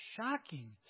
shocking